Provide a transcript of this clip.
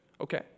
Okay